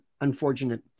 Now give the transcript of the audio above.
unfortunate